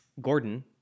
Gordon